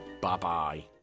Bye-bye